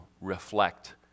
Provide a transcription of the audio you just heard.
reflect